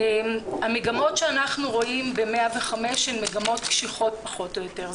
המגמות שאנחנו רואים ב-101 הן מגמות קשיחות פחות או יותר.